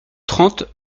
trente